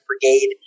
Brigade